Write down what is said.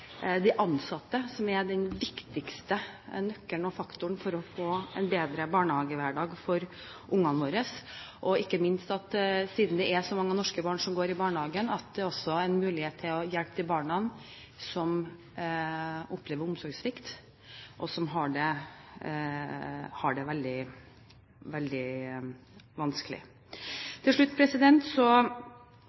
de ansatte som er den viktigste nøkkelen og faktoren for å få en bedre barnehagehverdag for barna våre, og ikke minst – siden det er så mange norske barn som går i barnehagen – at man også har en mulighet for å hjelpe de barna som opplever omsorgssvikt, og som har det veldig vanskelig. Til slutt